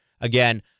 Again